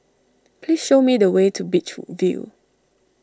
please show me the way to Beach View